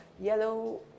yellow